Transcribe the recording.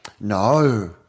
no